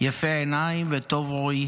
יפה עיניים וטוב רואי